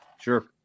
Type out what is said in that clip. Sure